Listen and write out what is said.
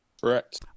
Correct